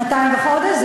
שנתיים וחודש?